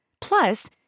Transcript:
Plus